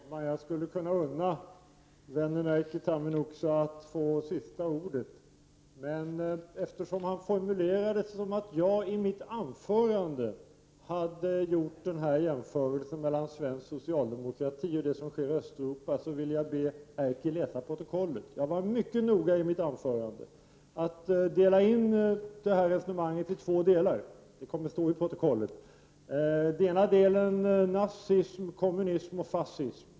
Fru talman! Jag skulle unna vännen Erkki Tammenoksa att få sista ordet, men eftersom han formulerade det som att jag i mitt anförande hade gjort den här jämförelsen mellan svensk socialdemokrati och det som sker i Östeuropa, vill jag be Erkki Tammenoksa läsa protokollet. Jag var mycket noga i mitt anförande med att dela in resonemanget i två delar. Det kommer att stå i protokollet. Den ena delen gällde nazism, kommunism och fascism.